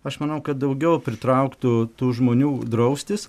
aš manau kad daugiau pritrauktų tų žmonių draustis